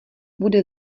bude